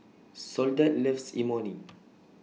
Soledad loves Imoni